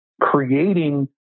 creating